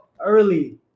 early